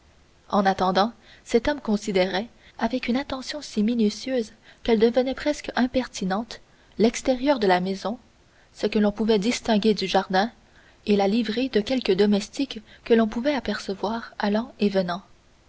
en attendant cet homme considérait avec une attention si minutieuse qu'elle devenait presque impertinente l'extérieur de la maison ce que l'on pouvait distinguer du jardin et la livrée de quelques domestiques que l'on pouvait apercevoir allant et venant